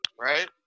Right